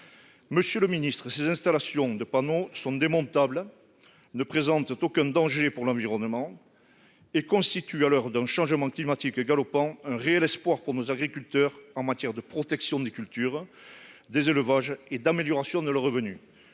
Monsieur le ministre, ces installations de panneaux sont démontables, ne présentent aucun danger pour l'environnement et constituent, à l'heure d'un changement climatique galopant, un réel espoir pour nos agriculteurs en matière, d'une part, de protection des cultures et des élevages, d'autre part, d'amélioration de leurs revenus.